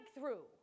breakthrough